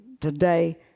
today